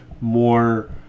more